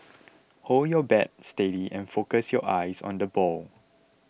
hold your bat steady and focus your eyes on the ball